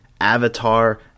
Avatar